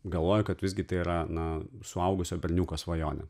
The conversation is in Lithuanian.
galvoju kad visgi tai yra na suaugusio berniuko svajonė